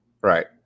right